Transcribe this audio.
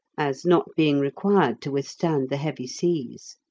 as not being required to withstand the heavy seas.